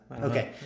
Okay